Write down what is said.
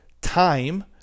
time